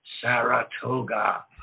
saratoga